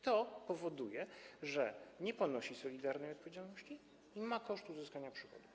To powoduje, że nie ponosi solidarnej odpowiedzialności i ma koszty uzyskania przychodu.